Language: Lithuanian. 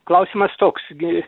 klausimas toks gi